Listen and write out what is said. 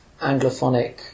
anglophonic